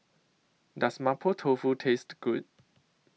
Does Mapo Tofu Taste Good